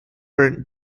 burnt